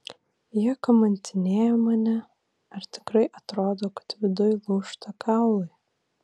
jie kamantinėja mane ar tikrai atrodo kad viduj lūžta kaulai